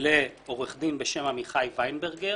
לעורך דין בשם עמיחי ויינברגר,